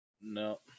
No